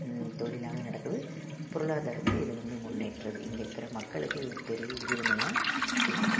தொழிலாக நடக்குது பொருளாதாரத்தை இது வந்து முன்னேற்றுது இங்கே இருக்கிற மக்களுக்கு இது ஒரு பெரிய உறுதுணையாக இருக்குது